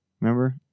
Remember